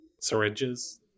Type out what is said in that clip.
Syringes